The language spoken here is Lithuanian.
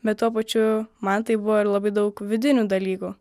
bet tuo pačiu man tai buvo ir labai daug vidinių dalykų